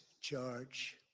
charge